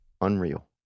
unreal